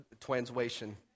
Translation